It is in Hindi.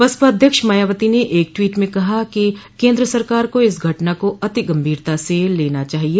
बसपा अध्यक्ष मायावती ने एक ट्वीट में कहा कि केन्द्र सरकार को इस घटना को अति गंभीरता से लेना चाहिए